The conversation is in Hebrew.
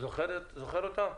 זוכר אותן?